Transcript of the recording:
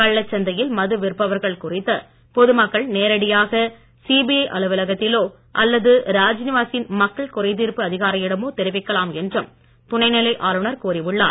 கள்ளச் சந்தையில் மது விற்பவர்கள் குறித்து பொதுமக்கள் நேரடியாக சிபிஐ அலுவலகத்திலோ அல்லது ராஜ்நிவாசின் மக்கள் குறைதீர்ப்பு அதிகாரியிடமோ தெரிவிக்கலாம் என்றும் துணைநிலை ஆளுநர் கூறியுள்ளார்